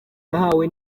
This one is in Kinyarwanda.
nahawe